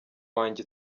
wanjye